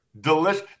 delicious